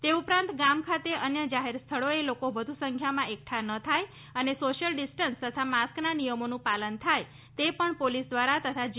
તે ઉપરાંત ગામ ખાતે અન્ય જાહેર સ્થળોએ લોકો વધુ સંખ્યામાં એકઠા ન થાય અને સો શિયલ ડીસ્ટન્સ તથા માસ્કના નિયમોનું પાલન થાય તે પણ પોલીસ તથા જી